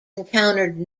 encountered